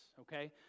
Okay